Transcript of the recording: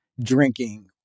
drinking